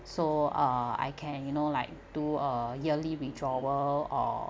so uh I can you know like do a yearly withdrawal or